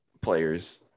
players